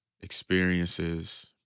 experiences